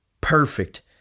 perfect